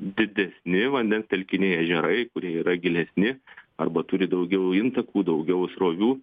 didesni vandens telkiniai ežerai kurie yra gilesni arba turi daugiau intakų daugiau srovių